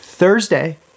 Thursday